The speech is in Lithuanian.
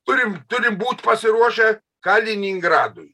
turim turim būt pasiruošę kaliningradui